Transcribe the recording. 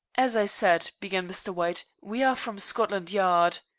as i said, began mr. white, we are from scotland yard.